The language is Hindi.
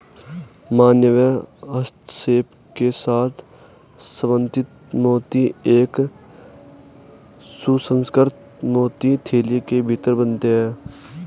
मानवीय हस्तक्षेप के साथ संवर्धित मोती एक सुसंस्कृत मोती थैली के भीतर बनते हैं